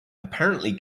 apparently